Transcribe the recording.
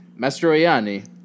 Mastroianni